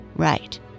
Right